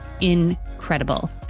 incredible